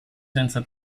senza